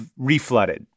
reflooded